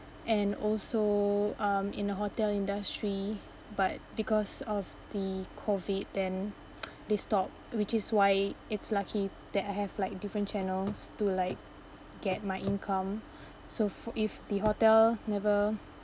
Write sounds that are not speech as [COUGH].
and also um in the hotel industry but because of the COVID then [NOISE] they stop which is why it's lucky that I have like different channels to like get my income so [BREATH] fo~ if the hotel never